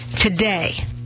today